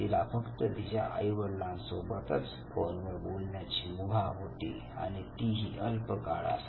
तिला फक्त तिच्या आईवडिलांसोबतच फोनवर बोलण्याची मुभा होती आणि तीही अल्प काळासाठी